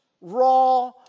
raw